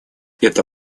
эта